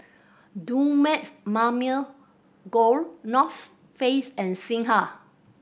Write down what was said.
Dumex Mamil Gold North Face and Singha